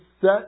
set